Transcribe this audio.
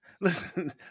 listen